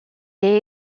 est